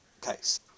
case